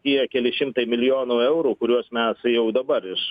tie keli šimtai milijonų eurų kuriuos mes jau dabar iš